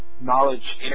knowledge